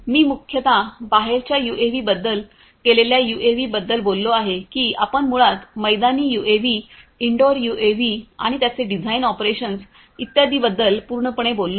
मी मुख्यतः बाहेरच्या यूएव्ही बद्दल केलेल्या यूएव्ही बद्दल बोललो आहे की आपण मुळात मैदानी यूएव्ही इनडोअर यूएव्ही आणि त्यांचे डिझाइन ऑपरेशन्स इत्यादी बद्दल पूर्णपणे बोललो आहे